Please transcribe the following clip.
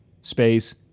space